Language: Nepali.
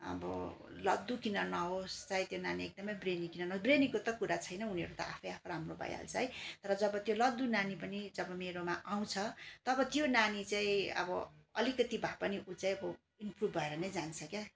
अब लद्दु किन नहोस् चाहे त्यो नानी एकदमै ब्रेनी किन नहोस् ब्रेनीको त कुरा छैन उनीहरू त आफैआफ राम्रो भइहाल्छ है तर जब त्यो लद्दु नानी पनि जब मेरोमा आउँछ तब त्यो नानी चाहिँ अब अलिकति भए पनि ऊ चाहिँ अब इम्प्रुभ भएर नै जान्छ क्या